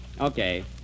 Okay